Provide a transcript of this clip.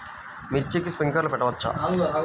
మిర్చికి స్ప్రింక్లర్లు పెట్టవచ్చా?